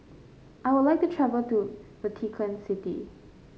I would like to travel to Vatican City